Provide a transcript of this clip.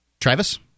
Travis